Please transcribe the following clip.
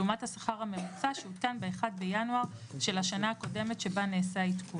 לעומת השכר הממוצע שעודכן ב-1 בינואר של השנה הקודמת שבה נעשה עדכון.